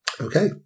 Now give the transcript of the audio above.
Okay